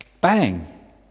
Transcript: Bang